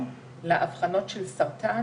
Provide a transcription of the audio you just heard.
שיש לנו שינוי בשלב המחלה בעת האבחנה,